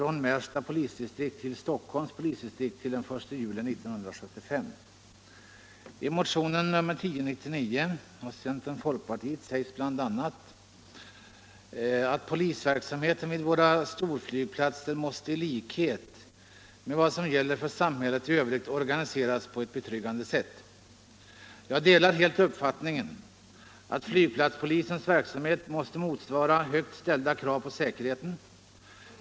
I motionen 1099 av representanter för centern och folkpartiet sägs bl.a.: Polisverksamheten vid våra storflygplatser måste i likhet med vad som gäller för samhället i övrigt organiseras på ett betryggande sätt. Jag delar helt uppfattningen att flygplatspolisens verksamhet måste motsvara högt ställda krav på säkerhet.